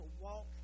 walk